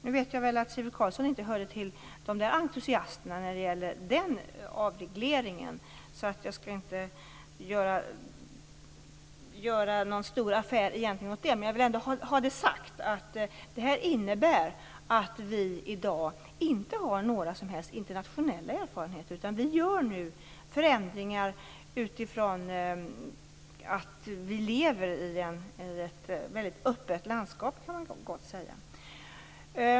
Nu vet jag att Sivert Carlsson inte hörde till entusiasterna när det gällde denna avreglering, så jag skall inte göra någon stor affär av det. Men jag vill ändå ha det sagt. Det här innebär att vi i dag inte har några som helst internationella erfarenheter. Vi gör nu förändringar utifrån att vi lever i ett väldigt öppet landskap.